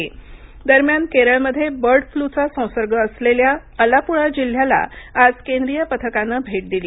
Kerala bird flu दरम्यान केरळमध्ये bird फ्लूचा संसर्ग असलेल्या अलापुळा जिल्ह्याला आज केंद्रीय पथकानं भेट दिली